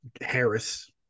Harris